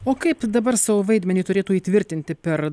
o kaip dabar savo vaidmenį turėtų įtvirtinti per